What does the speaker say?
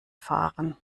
fahren